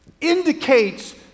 indicates